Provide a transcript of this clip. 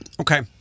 Okay